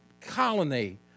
colony